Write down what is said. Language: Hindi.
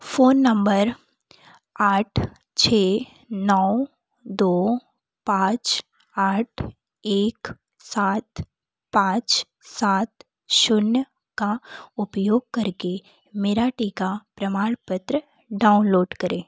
फ़ोन नम्बर आठ छः नौ दो पाँच आठ एक सात पाँच सात शून्य का उपयोग करके मेरा टीका प्रमाणपत्र डाउनलोड करें